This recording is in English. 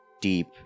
deep